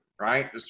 right